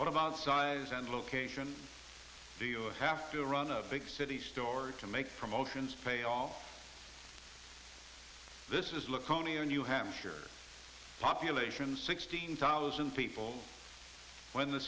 what about size and location do you have to run a big city story to make promotions pay all this is look tony in new hampshire population sixteen thousand people when the